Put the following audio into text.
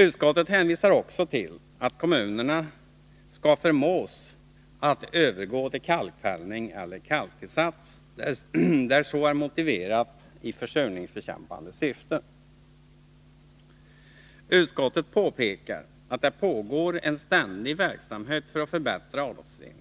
Utskottet hänvisar också till att kommunerna skall förmås att övergå till kalkfällning eller kalktillsats, där så är motiverat i försurningsbekämpande syfte. Utskottet påpekar att det pågår en ständig verksamhet för att förbättra avloppsreningen.